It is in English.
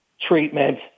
treatment